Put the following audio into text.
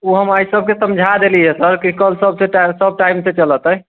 ई हम आइ सबके समझा देलियै सर कि कल सबके सब टाइम से चल अतै